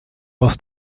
boss